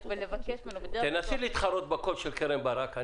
ולבקש ממנו --- תנסי להתחרות בקול של קרן ברק.